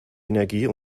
energie